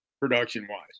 production-wise